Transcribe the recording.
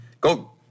Go